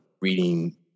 reading